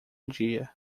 dia